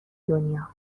دنیا